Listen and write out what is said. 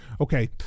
okay